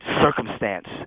circumstance